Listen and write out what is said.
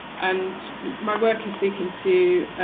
and my work is seeking to